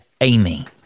amy